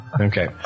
okay